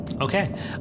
Okay